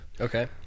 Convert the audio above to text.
Okay